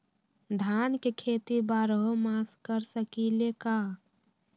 धान के खेती बारहों मास कर सकीले का?